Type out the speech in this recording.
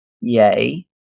Yay